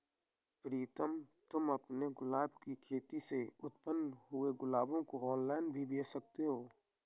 प्रीतम तुम अपने गुलाब की खेती से उत्पन्न हुए गुलाब को ऑनलाइन भी बेंच सकते हो